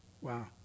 Wow